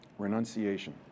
renunciation